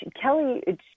kelly